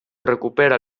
recupera